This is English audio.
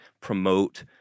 promote